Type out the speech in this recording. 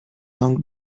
long